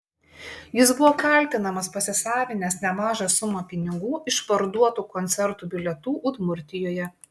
jis buvo kaltinamas pasisavinęs nemažą sumą pinigų iš parduotų koncertų bilietų udmurtijoje